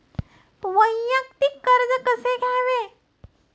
वैयक्तिक कर्ज कसे घ्यावे?